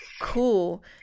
cool